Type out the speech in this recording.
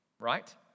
Right